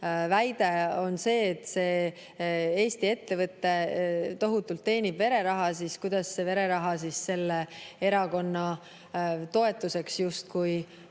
väide on see, et see Eesti ettevõte tohutult teenib vereraha, siis kuidas see vereraha selle erakonna toetuseks justkui